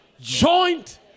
joint